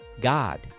God